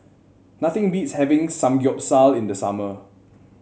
nothing beats having Samgeyopsal in the summer